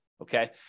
Okay